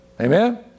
Amen